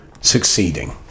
succeeding